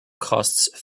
costs